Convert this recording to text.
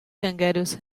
kangaroos